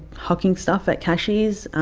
hocking stuff at cashies.